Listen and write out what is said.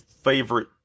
favorite